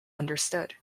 understood